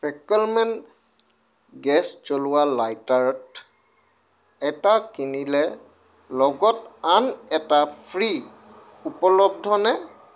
ফেকলমেন গেছ জ্বলোৱা লাইটাৰত এটা কিনিলে লগত আন এটা ফ্ৰী' উপলব্ধনে